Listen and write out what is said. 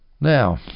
Now